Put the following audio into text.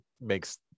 makes